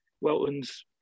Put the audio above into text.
Welton's